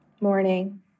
Morning